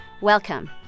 Welcome